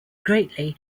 greatly